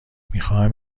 میخواهم